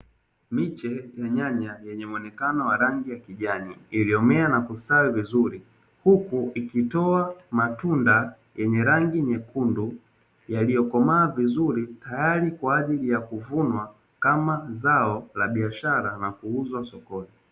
Miche ya nyanya yenye muonekano wa rangi ya kijani iliyomea na kustawi vizuri huku ikitoa matunda yenye rangi nyekundu yaliyokomaa vizuri tayari kwa ajili ya kuvunwa kama zao la biashara na kuuzwa sokoni.